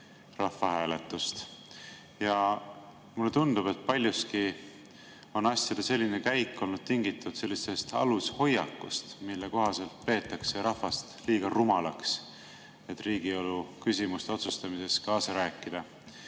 rahvahääletust. Mulle tundub, et paljuski on asjade selline käik olnud tingitud sellisest alushoiakust, mille kohaselt peetakse rahvast liiga rumalaks, et riigielu küsimuste otsustamises kaasa rääkida,